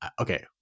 okay